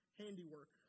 handiwork